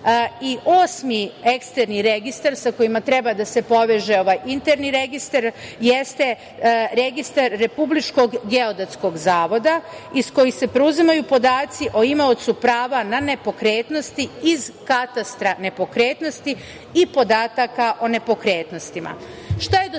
eksterni registar sa kojima treba da se poveže ovaj interni registar jeste Registar RGZO iz kojih se preuzimaju podaci o imaocu prava na nepokretnosti iz katastra nepokretnosti i podataka o nepokretnostima. Šta